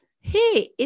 Hey